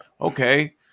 okay